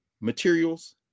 materials